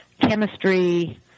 chemistry